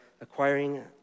acquiring